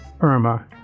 Irma